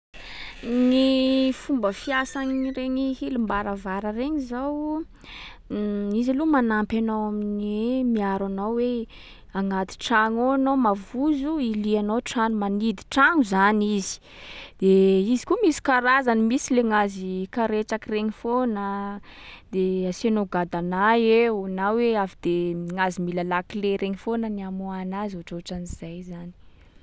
Gny fomba fiasagn'iregny hilim-baravara regny zao, izy loha manampy anao amin’ny hoe miaro anao hoe agnaty tragno ao anao mavozo, ilianao trano. Manidy tragno zany izy. De izy koa misy karazany. Misy le gnazy karetsaky regny foana, de asiànao gadanà eo. Na hoe avy de gnazy mila lakle regny foana ny amoaha anazy. Ohatraohatran’zay zany.